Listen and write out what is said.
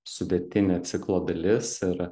sudėtinė ciklo dalis ir